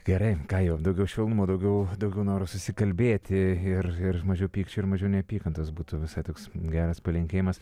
gerai ką jau daugiau švelnumo daugiau daugiau noro susikalbėti ir ir mažiau pykčio ir mažiau neapykantos būtų visai toks geras palinkėjimas